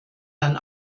dann